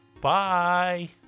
bye